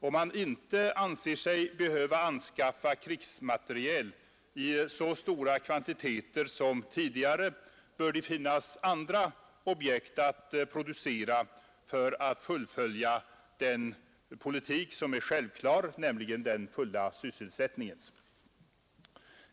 Om man inte anser sig behöva anskaffa krigsmateriel i så stora kvantiteter som tidigare, bör det finnas andra objekt att producera för att fullfölja den politik som är självklar, nämligen den fulla sysselsättningens.